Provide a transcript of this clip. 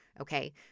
Okay